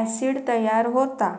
acid तयार होता